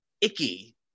icky